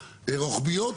רוחביות,